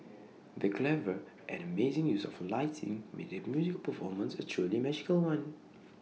the clever and amazing use of lighting made the musical performance A truly magical one